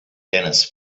dennis